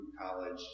college